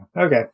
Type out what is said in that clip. Okay